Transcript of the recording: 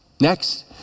Next